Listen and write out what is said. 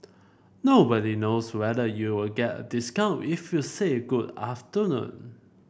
nobody knows whether you'll get a discount if you say good afternoon